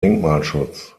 denkmalschutz